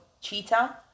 cheetah